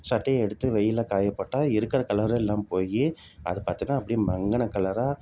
சட்டையை எடுத்து வெயிலில் காயப்போட்டால் இருக்கிற கலர் எல்லாம் போய் அதை பார்த்திங்கன்னா அப்படியே மங்கின கலராக